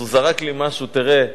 הוא זרק לי משהו: תראה,